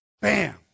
Bam